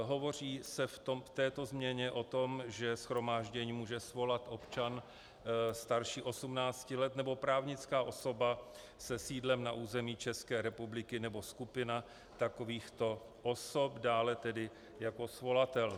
Hovoří se v této změně o tom, že shromáždění může svolat občan starší 18 let nebo právnická osoba se sídlem na území ČR nebo skupina takovýchto osob, dále tedy jako svolatel.